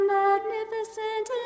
magnificent